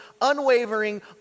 unwavering